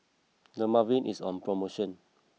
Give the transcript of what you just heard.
Dermaveen is on promotion